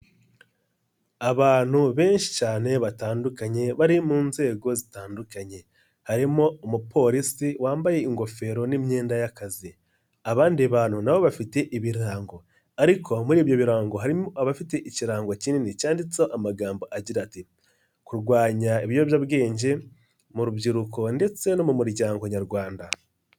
Abantu benshi cyane batandukanye bari mu nzego zitandukanye. Harimo umu polisi wambaye ingofero n'imyenda y'akazi. Abandi bantu nabo bafite ibirango. Ariko muri ibyo birango harimo abafite ikirango kinini cyanditseho amagambo agira ati:"kurwanya ibiyobyabwenge mu rubyiruko ndetse no mu muryango nyarwanda".